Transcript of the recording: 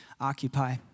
occupy